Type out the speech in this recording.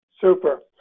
Super